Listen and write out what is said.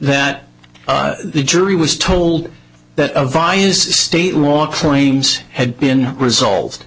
that that the jury was told that of vi's state law claims had been resolved